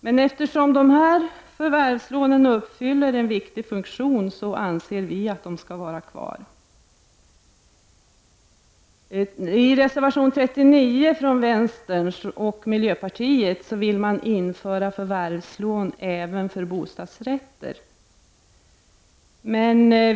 Men eftersom dessa förvärvslån fyller en viktig funktion anser vi att de skall finnas kvar. I reservation 39 från vänstern och miljöpartiet vill man införa förvärvslån även för bostadsrätter.